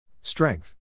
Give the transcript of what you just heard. Strength